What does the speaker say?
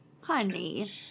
Honey